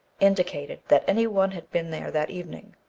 indicated that any one had been there that evening.